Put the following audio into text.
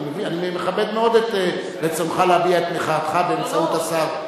אני מכבד מאוד את רצונך להביע את מחאתך באמצעות השר.